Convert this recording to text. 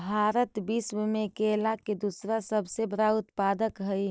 भारत विश्व में केला के दूसरा सबसे बड़ा उत्पादक हई